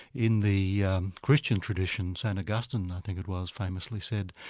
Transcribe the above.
in the yeah and christian tradition, st augustine i think it was, famously said,